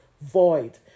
void